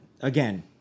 Again